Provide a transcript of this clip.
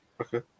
Okay